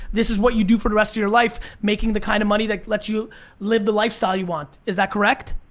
this is what you do for the rest of your life, making the kind of money that lets you live the lifestyle you want. is that correct?